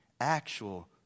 actual